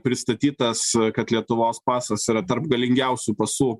pristatytas kad lietuvos pasas yra tarp galingiausių pasų